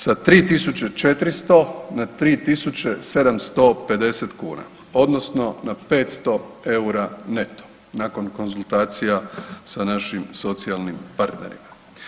Sa 3.400 na 3.750 kuna odnosno na 500 EUR-a neto nakon konzultacija sa našim socijalnim partnerima.